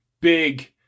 big